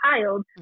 child